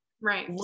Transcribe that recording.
Right